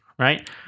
Right